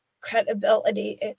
credibility